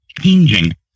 changing